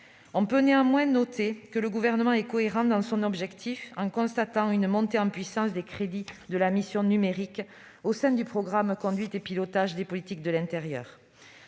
On peut néanmoins noter que le Gouvernement est cohérent dans son objectif, puisque l'on constate une montée en puissance des crédits de la mission numérique au sein du programme 216, « Conduite et pilotage des politiques de l'intérieur